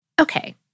Okay